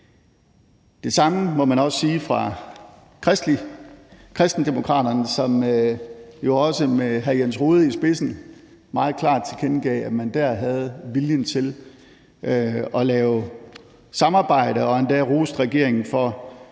Det samme må man også sige i forhold til Kristendemokraterne, som jo også med hr. Jens Rohde i spidsen meget klart tilkendegav, at man der havde viljen til at lave samarbejde, og man roste endda regeringen for